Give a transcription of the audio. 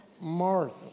Martha